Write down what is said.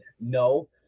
no